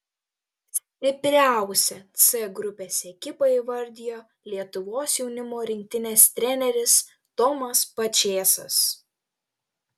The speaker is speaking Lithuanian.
stipriausią c grupės ekipą įvardijo lietuvos jaunimo rinktinės treneris tomas pačėsas